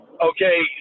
okay